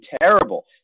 terrible